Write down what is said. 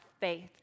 faith